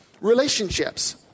relationships